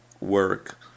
work